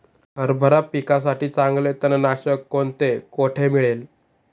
हरभरा पिकासाठी चांगले तणनाशक कोणते, कोठे मिळेल?